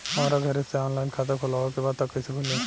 हमरा घरे से ऑनलाइन खाता खोलवावे के बा त कइसे खुली?